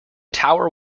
tower